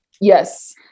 Yes